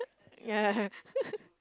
ya